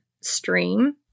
stream